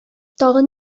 тагын